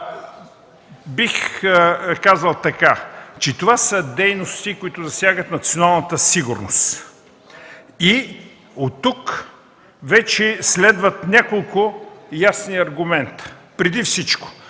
бих казал, че това са дейности, които засягат националната сигурност, и оттук вече следват няколко ясни аргумента. Преди всичко